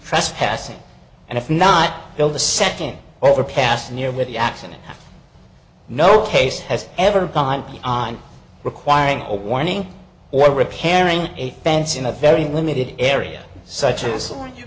trespassing and if not they'll the second overpass near where the accident no case has ever gone on requiring a warning or repairing a fence in a very limited area such a